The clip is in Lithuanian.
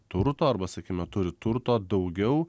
turto arba sakykime turi turto daugiau